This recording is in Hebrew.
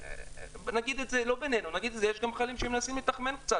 יש גם חיילים רוצים לתחמן קצת,